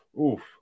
Oof